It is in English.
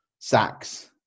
sacks